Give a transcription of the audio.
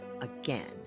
again